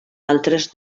altres